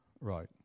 Right